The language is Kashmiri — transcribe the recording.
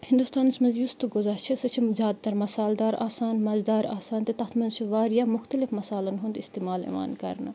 ہِندُستانَس منٛز یُس تہِ غذا چھِ سُہ چھِ زیادٕتَر مصالدار آسان مَزٕدار آسان تہٕ تَتھ منٛز چھِ واریاہ مختلف مصالَن ہُنٛد استعمال یِوان کَرنہٕ